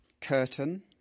curtain